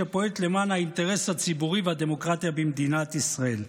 שפועלת למען האינטרס הציבורי והדמוקרטיה במדינת ישראל.